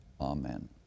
Amen